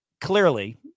clearly